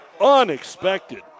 Unexpected